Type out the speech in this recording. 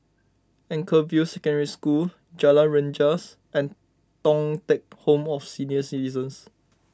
Anchorvale Secondary School Jalan Rengas and Thong Teck Home for Senior Citizens